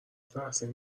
تحسین